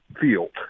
field